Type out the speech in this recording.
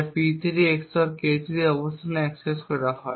যা P3 XOR K3 অবস্থানে access করা হয়